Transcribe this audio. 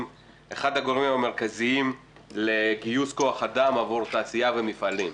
את אחד הגורמים המרכזיים לגיוס כוח אדם עבור התעשייה והמפעלים.